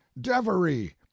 Devery